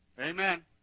Amen